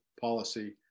policy